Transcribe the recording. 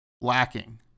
lacking